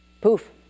Poof